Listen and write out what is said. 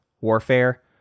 warfare